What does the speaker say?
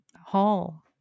Hall